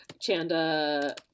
Chanda